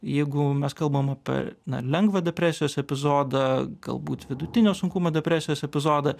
jeigu mes kalbam apie na lengvą depresijos epizodą galbūt vidutinio sunkumo depresijos epizodą